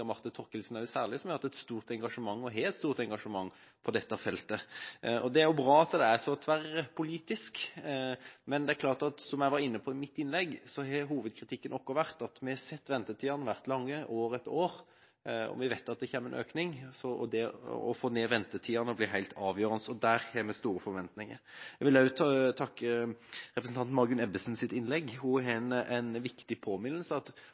Marte Thorkildsen, som har hatt og har et stort engasjement på dette feltet. Det er bra at det er så tverrpolitisk, men som jeg var inne på i mitt innlegg, har hovedkritikken vår vært at vi har sett at ventetidene har vært lange år etter år. Vi vet at det kommer en økning, og det å få ned ventetida blir helt avgjørende. Der har vi store forventninger. Jeg vil også takke for innlegget fra representanten Margunn Ebbesen. Hun har en viktig påminnelse, at